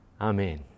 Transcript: Amen